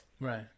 Right